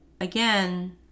again